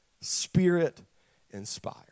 spirit-inspired